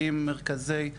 אם מרכזי להבה,